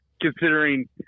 considering